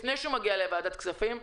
לפני שהוא מגיע לוועדת הכספים.